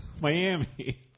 Miami